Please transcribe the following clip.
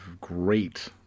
great